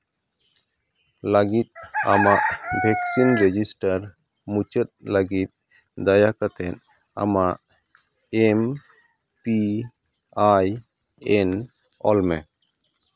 ᱞᱟᱹᱜᱤᱫ ᱟᱢᱟᱜ vaccine register ᱢᱩᱪᱟᱹᱫ ᱞᱟᱹᱜᱤᱫ ᱫᱟᱭᱟ ᱠᱟᱛᱮ ᱟᱢᱟᱜ ᱮᱹᱢ ᱯᱤ ᱟᱭ ᱮᱹᱱ ᱚᱞ ᱢᱮ